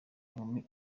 inkumi